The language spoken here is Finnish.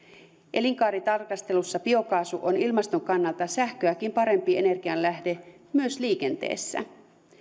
elinkaaritarkastelussa biokaasu on ilmaston kannalta sähköäkin parempi energianlähde myös liikenteessä